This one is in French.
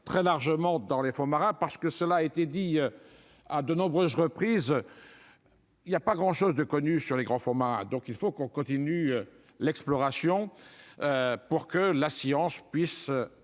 très largement dans les fonds marins parce que cela a été dit à de nombreuses reprises. Il y a pas grand chose de connu sur les grands formats, donc il faut qu'on continue l'exploration pour que la science puisse